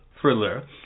thriller